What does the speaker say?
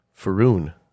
Faroon